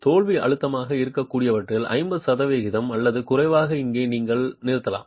தோல்வி அழுத்தமாக இருக்கக்கூடியவற்றில் 50 சதவிகிதம் அல்லது குறைவாக இங்கே நீங்கள் நிறுத்தலாம்